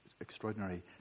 extraordinary